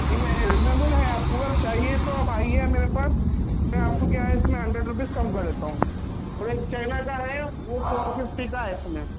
یہ میں ریزنیبل ہے آپ کو اگر چاہیے تو آپ آئیے میرے پاس میں آپ کو كیا ہے اِس میں ہنڈریڈ روپیز كم كر دیتا ہوں اور ایک چائنا کا ہے وہ فور ففٹی كا ہے اِس میں